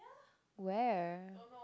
where